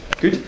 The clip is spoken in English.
Good